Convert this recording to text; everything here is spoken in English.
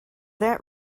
that